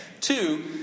Two